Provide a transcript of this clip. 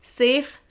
safe